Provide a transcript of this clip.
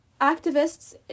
Activists